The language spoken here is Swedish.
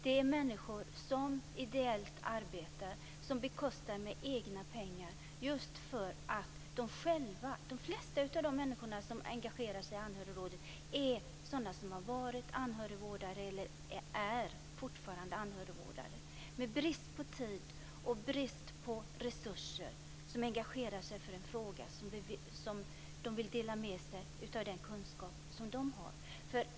Det är människor som är arbetar ideellt, som bekostar detta med egna pengar. De flesta av de människor som engagerar sig i Anhörigrådet är sådana som har varit eller fortfarande är anhörigvårdare, med brist på tid och brist på resurser. De engagerar sig för en sak och vill dela med sig av den kunskap som de har.